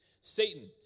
Satan